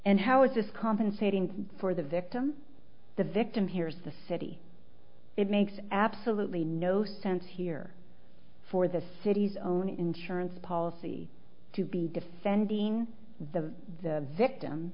and how is this compensating for the victim the victim here is the city it makes absolutely no sense here for the city's own insurance policy to be defending the victim